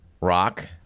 Rock